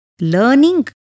learning